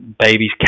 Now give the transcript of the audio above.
babies